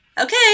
okay